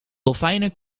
dolfijnen